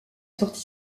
sorti